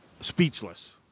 speechless